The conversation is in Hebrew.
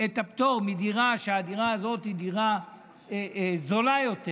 את פטור בדירה כשהדירה הזאת היא דירה זולה יותר,